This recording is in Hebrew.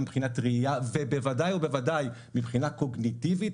גם מבחינת ראיה ובוודאי מבחינה קוגניטיבית